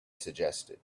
suggested